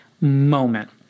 moment